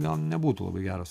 gal nebūtų labai geras